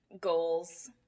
goals